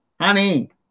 honey